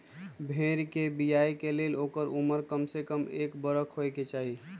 भेड़ कें बियाय के लेल ओकर उमर कमसे कम एक बरख होयके चाही